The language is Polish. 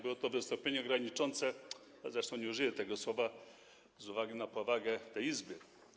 Było to wystąpienie graniczące z... zresztą nie użyję tego słowa z uwagi na powagę tej Izby.